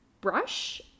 brush